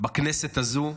בכנסת הזו,